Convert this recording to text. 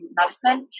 medicine